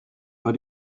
war